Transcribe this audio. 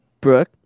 Brooke